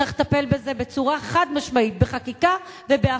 צריך לטפל בזה בצורה חד-משמעית, בחקיקה ובאכיפה.